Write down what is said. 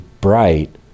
bright